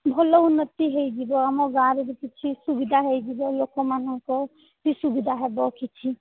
ଭଲ ଉନ୍ନତି ହୋଇଯିବ ଆମ ଗାଁର ଯଦି କିଛି ସୁବିଧା ହୋଇ ଯିବ ଲୋକମାନଙ୍କ ସୁବିଧା ହେବ କିଛି